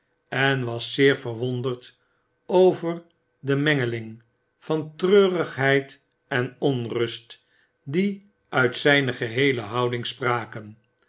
en was zeer verwonderd over de mengeling van treurigheid en onrust die uit zijne geheele houding spraken